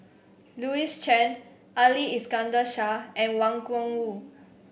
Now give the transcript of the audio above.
Louis Chen Ali Iskandar Shah and Wang Gungwu